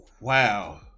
wow